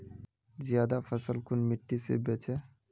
ज्यादा फसल कुन मिट्टी से बेचे?